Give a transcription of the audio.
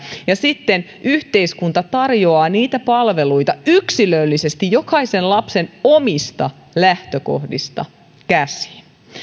ja sitten yhteiskunta tarjoaa niitä palveluita yksilöllisesti jokaisen lapsen omista lähtökohdista käsin